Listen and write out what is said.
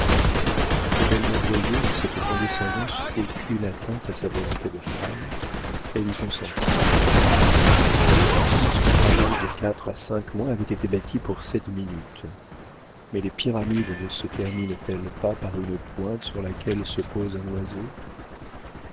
comme elle ne voyait en cette condescendance aucune atteinte à sa volonté de femme elle y consentit tout ce travail de quatre à cinq mois avait été bâti pour cette minute mais les pyramides ne se terminent elles pas par une pointe sur laquelle se pose un oiseau